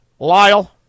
Lyle